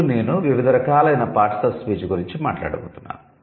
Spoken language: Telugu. ఇప్పుడు నేను వివిధ రకాలైన 'పార్ట్శ్ ఆఫ్ స్పీచ్' గురించి మాట్లాడబోతున్నాను